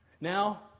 Now